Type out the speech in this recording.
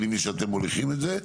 אני מבין שאתם מובילים את זה.